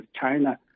China